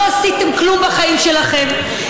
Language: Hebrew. לא עשיתם כלום בחיים שלכם,